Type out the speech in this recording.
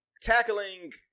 tackling